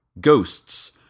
Ghosts